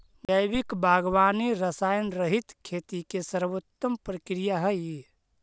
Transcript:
जैविक बागवानी रसायनरहित खेती के सर्वोत्तम प्रक्रिया हइ